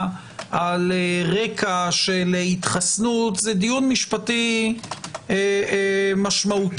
על רקע התחסנות זה דיון משפטי משמעותי.